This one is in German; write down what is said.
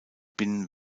binnen